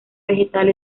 vegetal